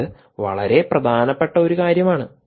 അത് വളരെ പ്രധാനപ്പെട്ട ഒരു കാര്യമാണ്